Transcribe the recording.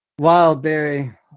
wildberry